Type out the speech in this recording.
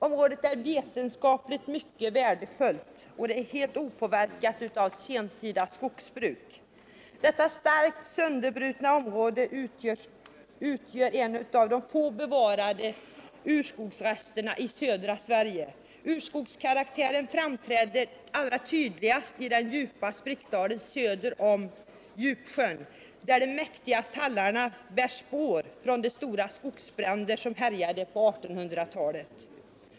Området är vetenskapligt mycket värdefullt, då det är opåverkat av sentida skogsbruk. Detta starkt sönderbrutna område utgör en av de få bevarade urskogsresterna i södra Sverige. Urskogskaraktären framträder tydligast i den djupa sprickdalen söder om Djupsjön, där de mäktiga tallarna bär spår från de stora skogsbränder som härjade på 1700-talet.